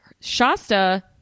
Shasta